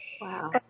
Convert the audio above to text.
Wow